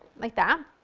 like that.